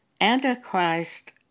Antichrist